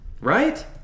right